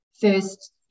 first